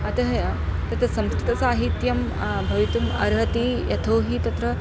अतः तत् संस्कृतसाहित्यं भवितुम् अर्हति यथोहि तत्र